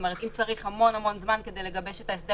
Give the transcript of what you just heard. כלומר אם צריך המון זמן כדי לגבש את ההסדר